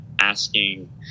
asking